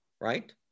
right